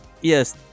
yes